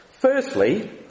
Firstly